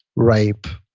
rape.